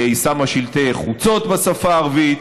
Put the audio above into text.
היא שמה שלטי חוצות בשפה הערבית.